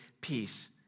peace